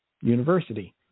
University